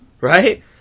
right